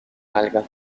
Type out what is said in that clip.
alga